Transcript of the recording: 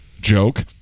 joke